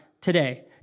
today